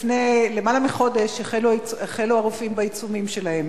לפני למעלה מחודש החלו הרופאים בעיצומים שלהם.